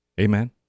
Amen